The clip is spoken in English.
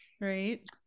right